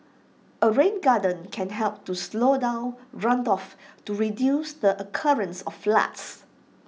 A rain garden can help to slow down runoffs to reduce the occurrence of floods